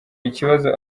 ikibazo